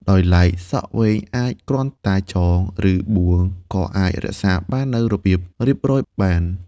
ដោយឡែក សក់វែងអាចគ្រាន់តែចង ឬបួងក៏អាចរក្សាបាននូវរបៀបរៀបរយបាន។